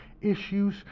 issues